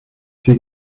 sais